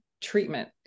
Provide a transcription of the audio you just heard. treatment